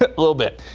a little bit.